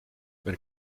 wenn